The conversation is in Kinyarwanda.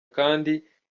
kandi